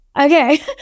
Okay